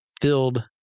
filled